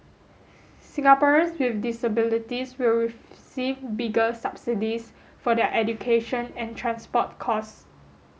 Singaporeans with disabilities will receive bigger subsidies for their education and transport costs